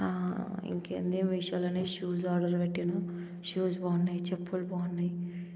ఇంకేంటి విషయాలు అని షూస్ ఆర్డర్ పెట్టిన షూస్ బాగున్నాయి చెప్పులు బాగున్నాయి